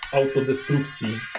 autodestrukcji